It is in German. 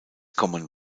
kommen